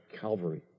Calvary